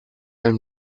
and